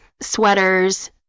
sweaters